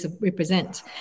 represent